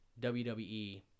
WWE